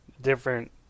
different